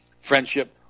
friendship